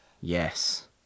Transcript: yes